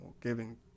giving